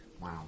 wow